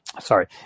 Sorry